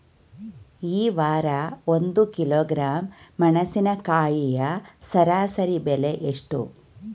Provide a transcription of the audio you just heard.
ಈ ವಾರ ಒಂದು ಕಿಲೋಗ್ರಾಂ ಮೆಣಸಿನಕಾಯಿಯ ಸರಾಸರಿ ಬೆಲೆ ಎಷ್ಟು?